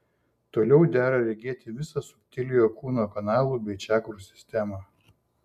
toliau dera regėti visą subtiliojo kūno kanalų bei čakrų sistemą